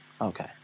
okay